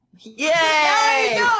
Yay